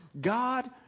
God